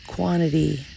Quantity